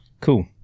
Cool